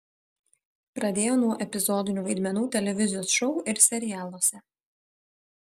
pradėjo nuo epizodinių vaidmenų televizijos šou ir serialuose